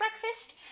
breakfast